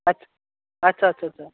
আচ্ছা আচ্ছা আচ্ছা আচ্ছা